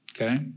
okay